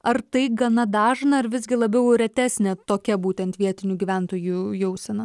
ar tai gana dažna ar visgi labiau retesnė tokia būtent vietinių gyventojų jausena